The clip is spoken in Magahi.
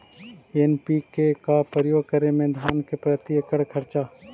एन.पी.के का प्रयोग करे मे धान मे प्रती एकड़ खर्चा?